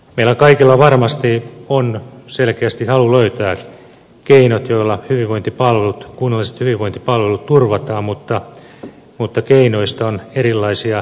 meillä kaikilla varmasti on selkeästi halu löytää keinot joilla kunnalliset hyvinvointipalvelut turvataan mutta keinoista on erilaisia näkemyksiä